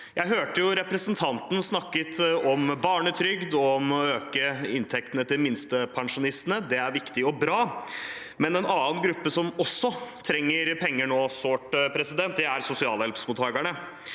Jeg hørte representanten snakke om barnetrygd og om å øke inntektene til minstepensjonistene. Det er viktig og bra, men en annen gruppe som også sårt trenger penger nå, er sosialhjelpsmottakerne.